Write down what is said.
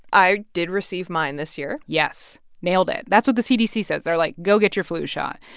i did receive mine this year yes, nailed it. that's what the cdc says. they're like, go get your flu shot.